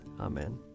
Amen